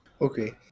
Okay